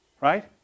right